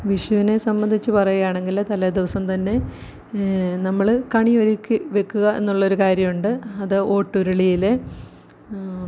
വിഷുവിനെ സംബന്ധിച്ച് പറയുകയാണങ്കിൽ തലേ ദിവസം തന്നെ നമ്മൾ കണി ഒരുക്കി വെക്കുക എന്നുള്ളൊരു കാര്യമുണ്ട് അത് ഓട്ടുരുളിയിൽ